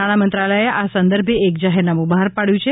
નાણા મંત્રાલયે આ સંદર્ભે એક જાહેરનામું બહાર પાડયું છે